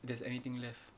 there's anything left